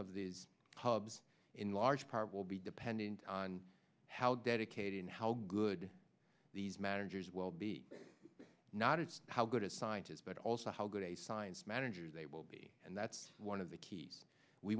of these hubs in large part will be dependent on how dedicated and how good these matters well be not as good as scientists but also how good a science manager they will be and that's one of the keys we